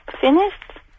Finished